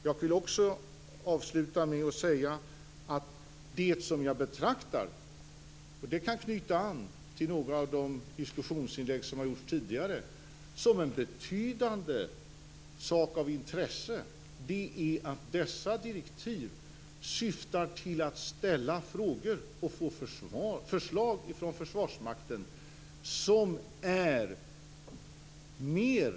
Jag vill avsluta med att säga att en sak av betydande intresse - och det kan knyta an till några av de diskussionsinlägg som har gjorts tidigare - är att dessa direktiv syftar till att ställa frågor till Försvarsmakten och få förslag.